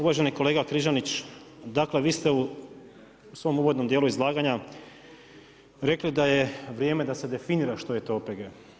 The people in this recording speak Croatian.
Uvaženi kolega Križanić, dakle vi ste u svom uvodnom djelu izlaganja rekli da je vrijeme da se definira što je to OPG.